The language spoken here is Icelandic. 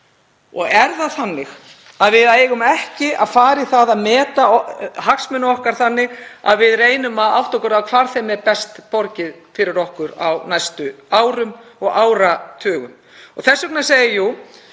Og er það þannig að við eigum ekki að fara í að meta hagsmuni okkar þannig að við reynum að átta okkur á hvar þeim sé best borgið fyrir okkur á næstu árum og áratugum? Þessi moðsuða sem